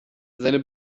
seine